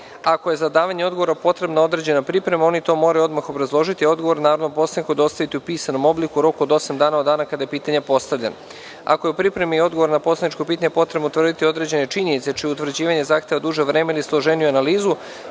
Ako je za davanje odgovora potrebna određena priprema, oni to moraju odmah obrazložiti, a odgovor narodnom poslaniku dostaviti u pisanom obliku u roku od osam dana od dana kada je pitanje postavljeno. Ako je u pripremi odgovora na poslaničko pitanje potrebno utvrditi određene činjenice, čije utvrđivanje zahteva duže vreme ili složeniju analizu,